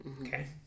okay